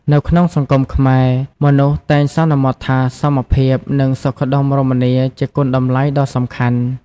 នៅក្នុងសង្គមខ្មែរ មនុស្សតែងសន្មតថាសមភាព និងសុខដុមរមនាជាគុណតម្លៃដ៏សំខាន់។